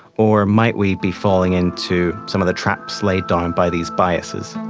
or might we be falling into some of the traps laid down by these biases?